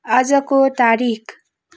आजको तारिक